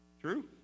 True